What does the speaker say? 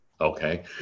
Okay